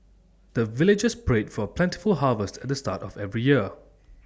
the villagers pray for plentiful harvest at the start of every year